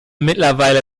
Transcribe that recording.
mittlerweile